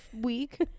week